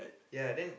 ya then